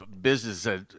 business